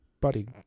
buddy